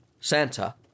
Santa